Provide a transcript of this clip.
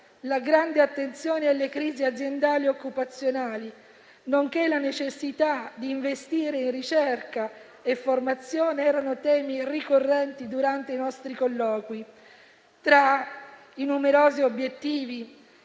la grande attenzione alle crisi aziendali e occupazionali, nonché la necessità di investire in ricerca e formazione erano temi ricorrenti durante i nostri colloqui. Tra i numerosi obiettivi